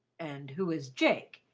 and who is jake?